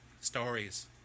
stories